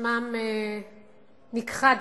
ששמן נכחד,